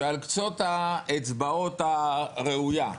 שעל קצות האצבעות הראויה,